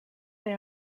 they